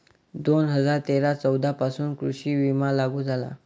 दोन हजार तेरा चौदा पासून कृषी विमा लागू झाला